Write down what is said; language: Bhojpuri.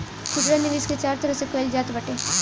खुदरा निवेश के चार तरह से कईल जात बाटे